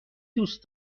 دوست